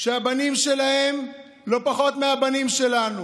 שהבנים שלנו לא פחות מהבנים שלהם,